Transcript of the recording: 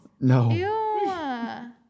No